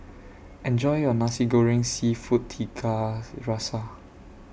Enjoy your Nasi Goreng Seafood Tiga Rasa